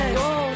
go